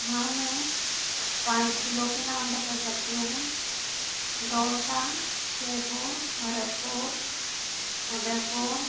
हाँ मैं पाँच जिलों के नाम बता सकती हूँ दौसा जयपुर भरतपुर उदयपुर